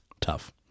tough